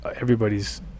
everybody's